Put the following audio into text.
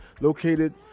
located